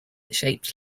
shaped